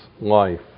life